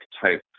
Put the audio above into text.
type